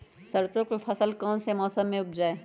सरसों की फसल कौन से मौसम में उपजाए?